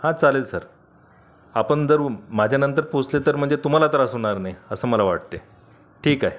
हा चालेल सर आपण जर माझ्यानंतर पोहोचले तर म्हणजे तुम्हाला त्रास होणार नाही असं मला वाटते ठीक आहे